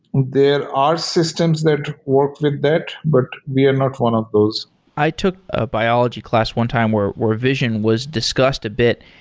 there are systems that work with that, but we are not one of those i took a biology class one time where where vision was discussed a bit.